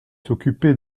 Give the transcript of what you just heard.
s’occuper